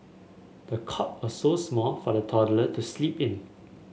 the cot was so small for the toddler to sleep in